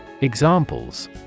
Examples